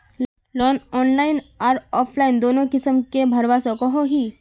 Loan online आर offline दोनों किसम के भरवा सकोहो ही?